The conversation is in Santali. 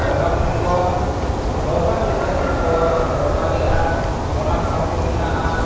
ᱵᱚᱸᱜᱟᱼᱵᱩᱨᱩ ᱠᱚ ᱫᱚᱨᱵᱟᱨ ᱪᱟᱹᱴᱟᱹᱱᱤ ᱨᱮᱠᱚ ᱫᱚᱨᱵᱟᱨ ᱞᱮᱜᱼᱟ ᱚᱱᱟ ᱴᱷᱟᱶ ᱠᱚ ᱢᱮᱱᱟᱜᱼᱟ